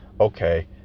okay